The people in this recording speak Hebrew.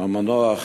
המנוח